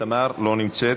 תמר זנדברג, לא נמצאת,